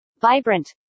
vibrant